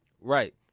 Right